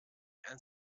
and